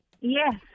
Yes